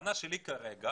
הטענה שלי כרגע